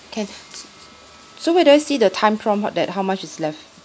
can s~ so where do I see the time from what that how much is left